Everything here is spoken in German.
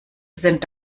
sind